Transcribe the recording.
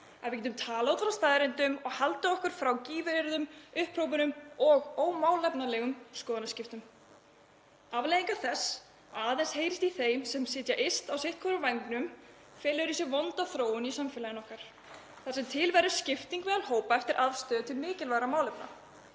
að við getum talað út frá staðreyndum og haldið okkur frá gífuryrðum, upphrópunum og ómálefnalegum skoðanaskiptum. Afleiðingar þess að aðeins heyrist í þeim sem sitja yst á sitthvorum vængnum fela í sér vonda þróun í samfélaginu okkar þar sem til verður skipting meðal hópa eftir afstöðu til mikilvægra málefna.